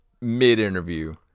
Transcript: Mid-interview